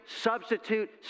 substitute